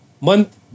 month